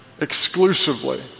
exclusively